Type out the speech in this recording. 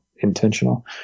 Intentional